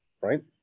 right